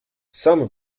sam